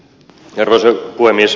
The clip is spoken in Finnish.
arvoisa puhemies